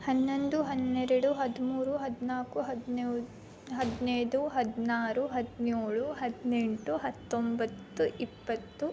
ಹನ್ನೊಂದು ಹನ್ನೆರಡು ಹದಿಮೂರು ಹದಿನಾಲ್ಕು ಹದ್ನ್ಯೋ ಹದಿನೈದು ಹದಿನಾರು ಹದಿನೇಳು ಹದಿನೆಂಟು ಹತ್ತೊಂಬತ್ತು ಇಪ್ಪತ್ತು